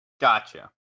Gotcha